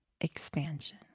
expansion